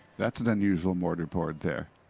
that's an unusual mortar board there.